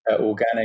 organic